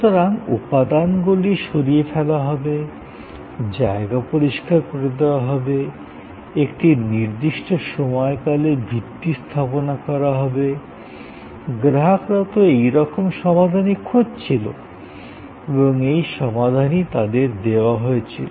সুতরাং উপাদানগুলি সরিয়ে ফেলা হবে জায়গা পরিষ্কার করে দেওয়া হবে একটি নির্দিষ্ট সময়কালে ভিত্তি স্থাপনা করা হবে গ্রাহকরা এইরকম সমাধানই খুঁজছিল এবং এই সমাধানই তাদের দেওয়া হয়েছিল